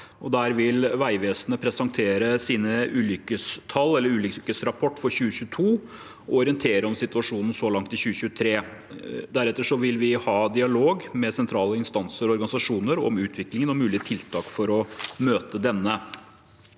Der vil Vegvesenet presentere sin ulykkesrapport for 2022 og orientere om situasjonen så langt i 2023. Deretter vil vi ha dialog med sentrale instanser og organisasjoner om utviklingen og mulige tiltak for å møte denne.